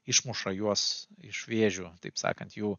išmuša juos iš vėžių taip sakant jų